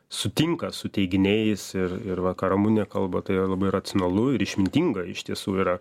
sutinka su teiginiais ir ir va ką ramune kalba tai yra labai racionalu ir išmintinga iš tiesų yra